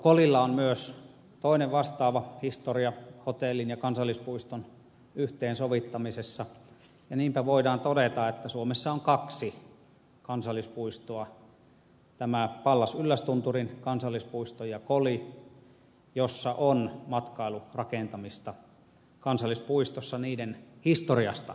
kolilla on myös vastaava historia hotellin ja kansallispuiston yhteen sovittamisessa ja niinpä voidaan todeta että suomessa on kaksi kansallispuistoa tämä pallas yllästunturin kansallispuisto ja koli joissa on matkailurakentamista kansallispuistossa niiden historiasta johtuen